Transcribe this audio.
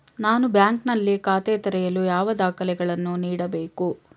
ನಾನು ಬ್ಯಾಂಕ್ ನಲ್ಲಿ ಖಾತೆ ತೆರೆಯಲು ಯಾವ ದಾಖಲೆಗಳನ್ನು ನೀಡಬೇಕು?